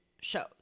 shows